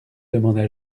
demanda